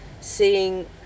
seeing